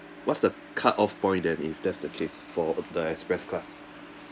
what's the cutoff point then if that's the case for uh the express class